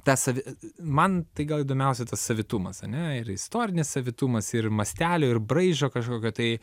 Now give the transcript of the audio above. tą savi man tai gal įdomiausia tas savitumas ane ir istorinis savitumas ir mastelio ir braižo kažkokio tai